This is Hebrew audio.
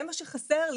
זה מה שחסר לי.